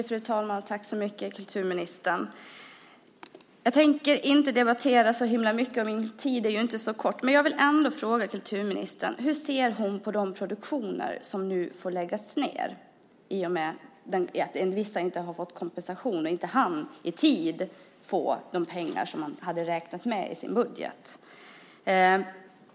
Fru talman! Jag tänker inte debattera så himla mycket. Min talartid är ju inte så lång. Men jag vill ändå fråga kulturministern hur hon ser på de produktioner som nu får läggas ned i och med att vissa inte har fått kompensation och inte i tid hunnit få de pengar som de hade räknat med i sin budget.